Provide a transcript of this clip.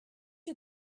you